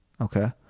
okay